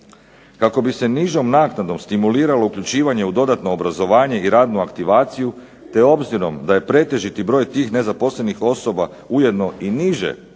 Kako bi se nižom naknadom stimuliralo uključivanje u dodatno obrazovanje i radnu aktivaciju, te obzirom da je pretežiti broj tih nezaposlenih osoba ujedno i niže obrazovne